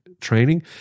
training